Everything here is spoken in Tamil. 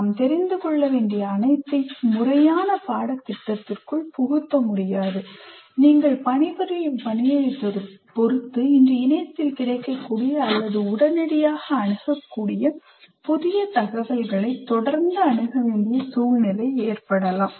நாம் தெரிந்து கொள்ள வேண்டிய அனைத்தையும் முறையான பாடத்திட்டத்திற்குள் புகுத்த முடியாது நீங்கள் பணிபுரியும் பணியைப் பொறுத்து இன்று இணையத்தில் கிடைக்கக்கூடிய அல்லது உடனடியாக அணுகக்கூடிய புதிய தகவல்களை தொடர்ந்து அணுக வேண்டிய சூழ்நிலை ஏற்படலாம்